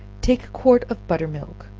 take a quart of butter-milk,